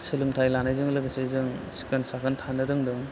सोलोंथाइ लानायजों लोगोसे जों सिखोन साखोन थानो रोंदों